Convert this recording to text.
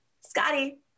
Scotty